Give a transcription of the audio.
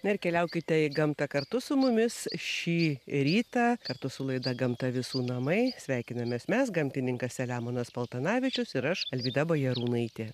na ir keliaukite į gamtą kartu su mumis šį rytą kartu su laida gamta visų namai sveikinamės mes gamtininkas selemonas paltanavičius ir aš alvyda bajarūnaitė